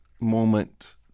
moment